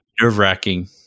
Nerve-wracking